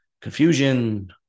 confusion